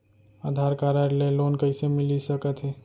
आधार card ले loan कइसे मिलिस सकत हे?